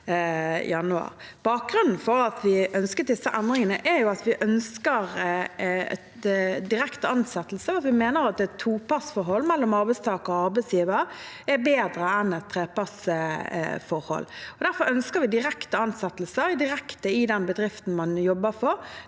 Bakgrunnen for at vi ønsket disse endringene, er at vi ønsker direkte ansettelser, og vi mener at et topartsforhold mellom arbeidstaker og arbeidsgiver er bedre enn et trepartsforhold. Derfor ønsker vi direkte ansettelser i den bedriften man jobber for.